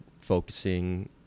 focusing